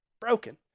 Broken